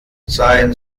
sein